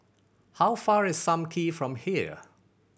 how far is Sam Kee from here